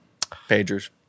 Pagers